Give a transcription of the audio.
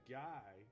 guy